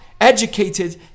educated